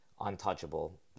untouchable